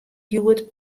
hjoed